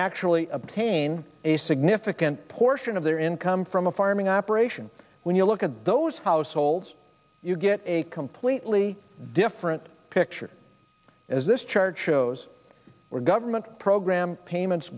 actually obtain a significant portion of their income from a farming operation when you look at those households you get a completely different picture as this chart shows or government program payments